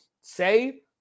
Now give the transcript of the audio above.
Say